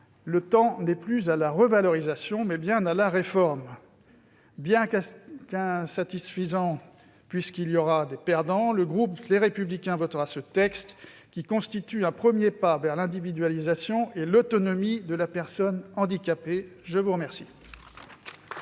le temps n'est plus à la revalorisation, mais bien à la réforme. Bien que ce texte soit insatisfaisant, puisqu'il y aura des perdants, le groupe Les Républicains le votera, car il constitue un premier pas vers l'individualisation et l'autonomie de la personne handicapée. La parole